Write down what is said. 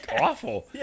awful